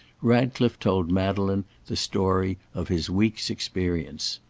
ratcliffe told madeleine the story of his week's experience.